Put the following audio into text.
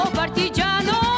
partigiano